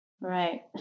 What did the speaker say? Right